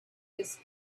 his